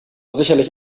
sicherlich